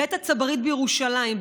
בית הצברית בירושלים,